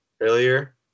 earlier